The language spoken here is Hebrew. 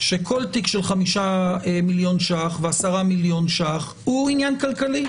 שכל תיק של 5 מיליון שקלים ו-10 מיליון שקלים הוא עניין כלכלי,